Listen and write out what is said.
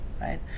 right